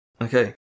okay